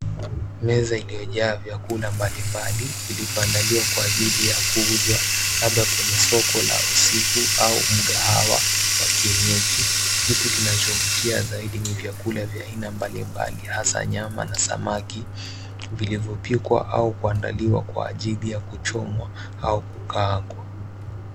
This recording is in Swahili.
Meza iliyojaa vyakula mbalimbali vilivyoandaliwa kwa ajili ya kuuzwa labda kwenye soko la usiku au mkahawa wa kienyeji. Kitu kinachovutia zaidi ni vyakula vya aina mbalimbali hasa nyama na samaki vilivyopikwa au kuandaliwa kwa ajili ya kuchomwa au kukaangwa.